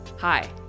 Hi